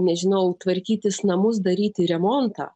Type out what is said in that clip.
nežinau tvarkytis namus daryti remontą